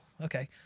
Okay